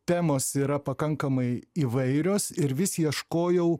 temos yra pakankamai įvairios ir vis ieškojau